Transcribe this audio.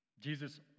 Jesus